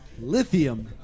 Lithium